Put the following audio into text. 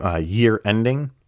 year-ending